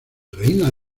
reina